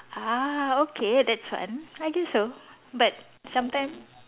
ah okay that's one I guess so but sometimes